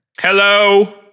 hello